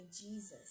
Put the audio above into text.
Jesus